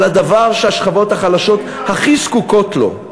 אבל הדבר שהשכבות החלשות הכי זקוקות לו,